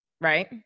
right